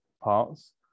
parts